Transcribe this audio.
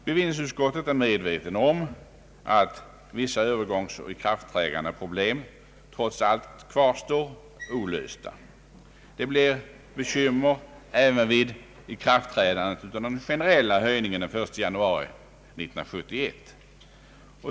Bevillningsutskottet är medvetet om att vissa övergångsoch ikraftträdandeproblem trots allt kvarstår olösta. Det blir bekymmer även vid den generella höjningens ikraftträdande den 1 januari 1971.